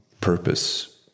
purpose